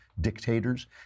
dictators